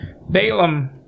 Balaam